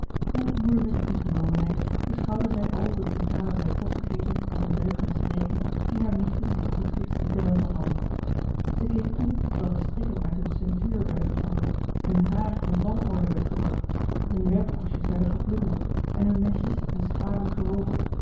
met moederlijke ingenomenheid beschouwde zij al de brutale vrijpostigheden en ondeugende streken die haar nichten zich goedschiks lieten welgevallen zij keek toe terwijl de strikken uit hun ceintuur werden getrokken hun haar in wanorde werd gebracht hun werktaschjes werden geplunderd en hun mesjes en scharen geroofd